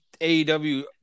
AEW